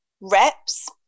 reps